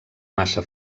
massa